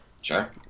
Sure